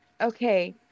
Okay